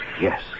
Yes